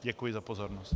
Děkuji za pozornost.